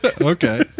okay